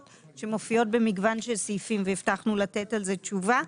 שמופיעות במגוון של סעיפים והבטחנו לתת על זה תשובה.